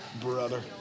Brother